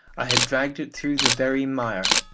i had dragged it through the very mire.